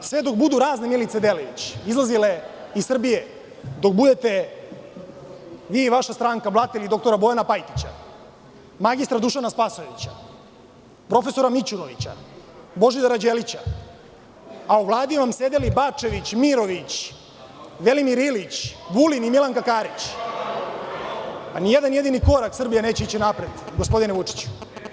sve dok budu Milice Delević izlazile iz Srbije, dok budete vi i vaša stranka blatili dr Bojana Pajtića, mr Dušana Spasojevića, prof. Mićunovića, Božidara Đelića, a u Vladi vam sedeli Bačević, Mirović, Velimir Ilić, Vulin i Milanka Karić, ni jedan jedini korak Srbija neće ići napred, gospodine Vučiću.